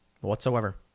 whatsoever